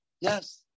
Yes